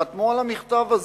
חתמו על המכתב הזה.